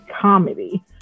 comedy